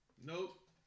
Nope